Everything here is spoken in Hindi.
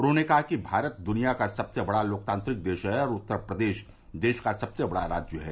उन्होंने कहा कि भारत दुनिया का सबसे बड़ा लोकतांत्रिक देश है और उत्तर प्रदेश देश का सबसे बड़ा राज्य है